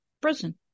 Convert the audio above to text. prison